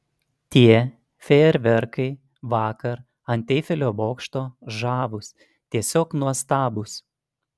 tie fejerverkai vakar ant eifelio bokšto žavūs tiesiog nuostabūs